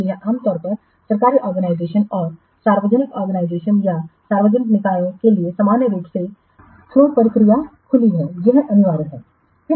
इसलिए आम तौर पर सरकारी ऑर्गेनाइजेशन और सार्वजनिक ऑर्गेनाइजेशन या सार्वजनिक निकायों के लिए सामान्य रूप सेफ्लोटप्रक्रिया खुलेगी यह अनिवार्य है